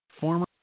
Former